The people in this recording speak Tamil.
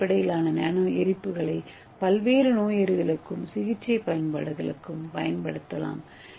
ஏ அடிப்படையிலான நானோ எரிப்புகளை பல்வேறு நோயறிதலுக்கும் சிகிச்சை பயன்பாடுகளுக்கும் பயன்படுத்தலாம்